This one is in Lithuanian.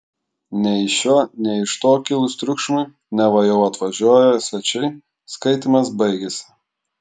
nei iš šio nei iš to kilus triukšmui neva jau atvažiuoją svečiai skaitymas baigėsi